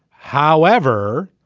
however.